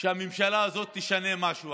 שהממשלה הזאת תשנה משהו.